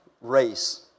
Race